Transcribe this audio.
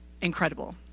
Incredible